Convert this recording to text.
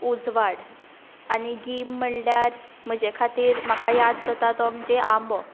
उजवाड आनी गीम म्हणल्यार म्हजे खातीर म्हाका याद जाता तो म्हणजे आंबो